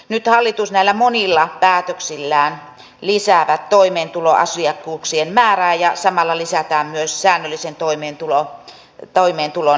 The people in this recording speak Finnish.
nyt hallitus näillä monilla päätöksillään lisää toimeentulotuen asiakkuuksien määrää ja samalla lisätään myös säännöllisen toimeentulotuen asiakkaita